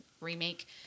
remake